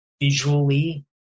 visually